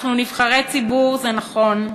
אנחנו נבחרי ציבור, זה נכון,